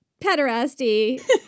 pederasty